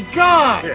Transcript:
god